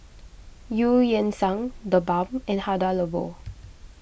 Eu Yan Sang the Balm and Hada Labo